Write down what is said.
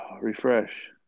refresh